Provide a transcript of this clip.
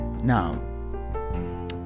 Now